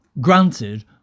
granted